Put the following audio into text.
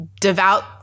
devout